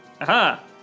Aha